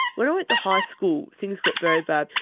when i went to high school, things got very bad.